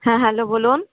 হ্যাঁ হ্যালো বলুন